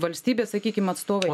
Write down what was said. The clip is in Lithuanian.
valstybės sakykim atstovai